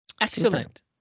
Excellent